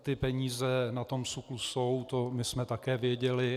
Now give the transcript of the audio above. Ty peníze na SÚKLu jsou, to my jsme také věděli.